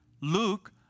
Luke